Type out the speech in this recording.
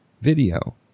video